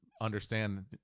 Understand